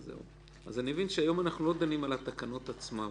אני מבין שהיום אנחנו לא דנים בתקנות עצמן,